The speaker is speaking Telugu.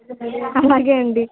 అలాగే అండి